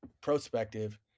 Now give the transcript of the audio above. prospective